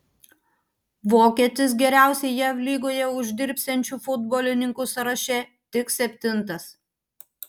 vokietis geriausiai jav lygoje uždirbsiančių futbolininkų sąraše tik septintas